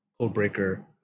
Codebreaker